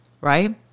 right